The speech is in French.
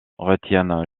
retiennent